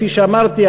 כפי שאמרתי,